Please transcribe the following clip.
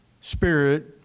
spirit